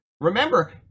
remember